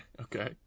Okay